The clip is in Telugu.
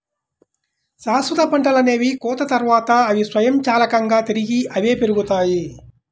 శాశ్వత పంటలనేవి కోత తర్వాత, అవి స్వయంచాలకంగా తిరిగి అవే పెరుగుతాయి